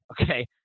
Okay